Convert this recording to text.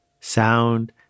sound